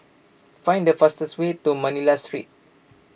find the fastest way to Manila Street